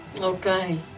okay